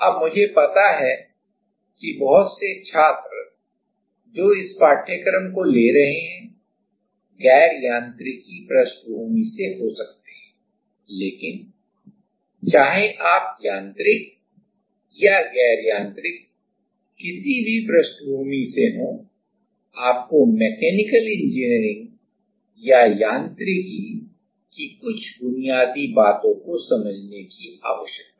अब मुझे पता है कि बहुत से छात्र जो इस पाठ्यक्रम को ले रहे हैं गैर यांत्रिक पृष्ठभूमि से हो सकते हैं लेकिन चाहे आप यांत्रिक या गैर यांत्रिक किसी भी पृष्ठभूमि से हों आपको मैकेनिकल इंजीनियरिंग या यांत्रिकी की कुछ बुनियादी बातों को समझने की आवश्यकता है